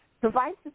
provides